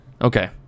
okay